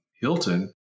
Hilton